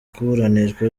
kuburanishwa